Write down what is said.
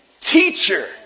Teacher